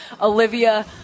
Olivia